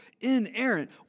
inerrant